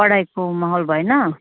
पढाइको माहोल भएन